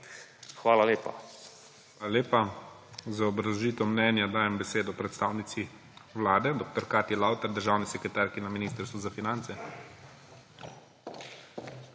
ZORČIČ:** Hvala. Za obrazložitev mnenja dajem besedo predstavnici Vlade dr. Katji Lautar, državni sekretarki na Ministrstvu za finance.